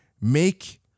Make